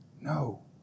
no